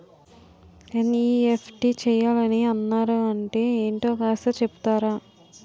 NEFT చేయాలని అన్నారు అంటే ఏంటో కాస్త చెపుతారా?